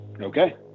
Okay